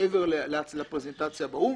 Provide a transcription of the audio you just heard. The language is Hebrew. מעבר לפרזנטציה באו"ם.